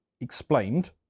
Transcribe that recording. explained